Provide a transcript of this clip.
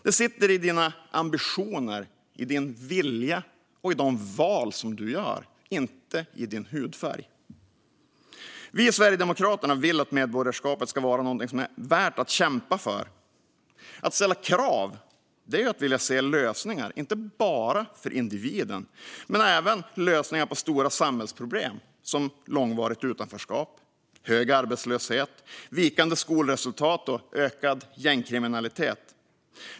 Det sitter i dina ambitioner, i din vilja och i de val som du gör - inte i din hudfärg. Vi i Sverigedemokraterna vill att medborgarskapet ska vara någonting som är värt att kämpa för. Att ställa krav är att vilja se lösningar, inte bara för individen utan även lösningar på stora samhällsproblem som långvarigt utanförskap, hög arbetslöshet, vikande skolresultat och ökad gängkriminalitet.